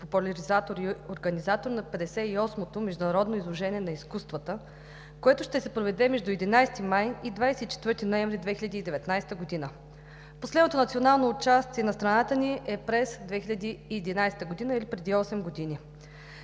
популяризатор и организатор на 58-то Международно изложение за изкуство, което ще се проведе между 11 май и 24 ноември 2019 г. Последното национално участие на страната ни е през 2011 г. или преди осем години.